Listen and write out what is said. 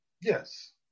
yes